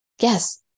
yes